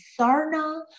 Sarna